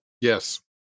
Yes